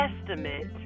estimate